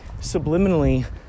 subliminally